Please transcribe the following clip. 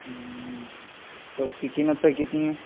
ہوں تو اس کی قیمت سر کتنی ہے